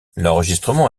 l’enregistrement